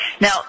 Now